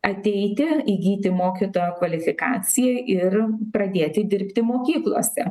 ateiti įgyti mokytojo kvalifikaciją ir pradėti dirbti mokyklose